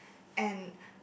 and